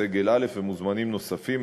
סגל א' ומוזמנים נוספים,